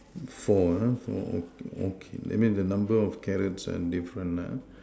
four uh four okay so that means the number of carrots uh different ah